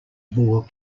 bore